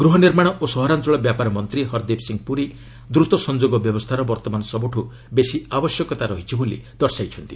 ଗୃହନିର୍ମାଣ ଓ ସହରାଞ୍ଚଳ ବ୍ୟାପାର ମନ୍ତ୍ରୀ ହର୍ଦୀପ୍ ସିଂ ପୁରି ଦ୍ରତ ସଂଯୋଗ ବ୍ୟବସ୍ଥାର ବର୍ତ୍ତମାନ ସବୁଠୁ ବେଶି ଆବଶ୍ୟକତା ରହିଛି ବୋଲି ଦର୍ଶାଇଛନ୍ତି